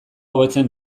hobetzen